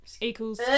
Equals